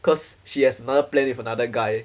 cause she has another plan with another guy